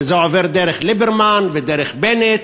וזה עובר דרך ליברמן ודרך בנט,